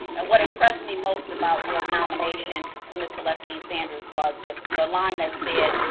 what impressed me most about your nomination from ms. celestine sanders was the the line that said,